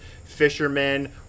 fishermen